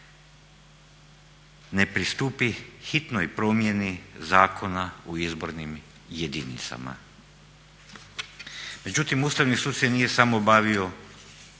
ne pristupi hitnoj promjeni Zakona o izbornim jedinicama. Međutim Ustavni sud se nije samo bavio